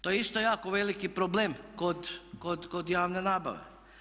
To je isto jako veliki problem kod javne nabave.